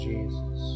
Jesus